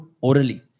orally